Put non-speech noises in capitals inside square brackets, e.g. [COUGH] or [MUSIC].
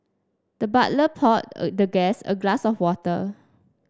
the butler poured [UNINTELLIGIBLE] the guest a glass of water